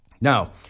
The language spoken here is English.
Now